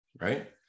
right